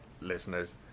listeners